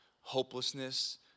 hopelessness